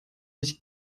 nicht